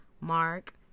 Mark